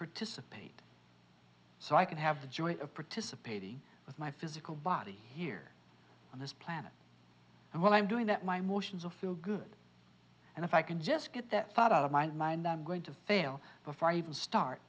participate so i can have the joy of participating with my physical body here on this planet and while i'm doing that my motions of feel good and if i can just get that far out of my mind i'm going to fail before i even start